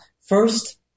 first